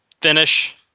finish